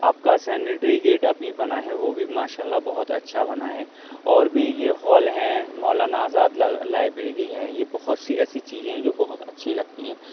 آپ کا centenary gate ابھی بنا ہے وہ بھی ماشاء اللہ بہت اچھا بنا ہے اور بھی یہ ہال ہیں مولانا آزاد لائبریری ہے یہ بہت سی ایسی چیزیں ہیں جو بہت اچھی لگتی ہیں